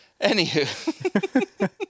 Anywho